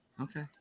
Okay